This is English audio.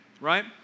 right